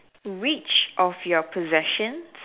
which of your possessions